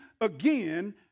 again